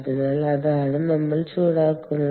അതിനാൽ അതാണ് നമ്മൾ ചൂടാക്കുന്നത്